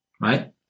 right